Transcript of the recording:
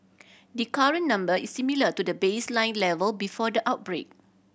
the current number is similar to the baseline level before the outbreak